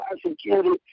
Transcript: prosecuted